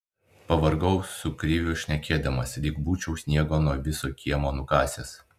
pavargau su kriviu šnekėdamas lyg būčiau sniegą nuo viso kiemo nukasęs